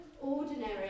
ordinary